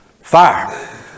Fire